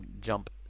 jump